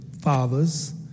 fathers